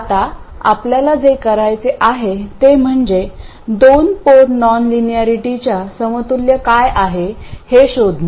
आता आपल्याला जे करायचे आहे ते म्हणजे दोन पोर्ट नॉनलिनियरिटीच्या समतुल्य काय आहे हे शोधणे